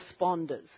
responders